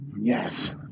Yes